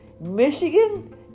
Michigan